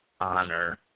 honor